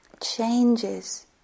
changes